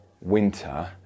winter